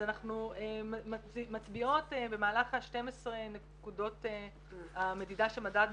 אז אנחנו מצביעות במהלך 12 נקודות המדידה שמדדנו